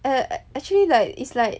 err actually like it's like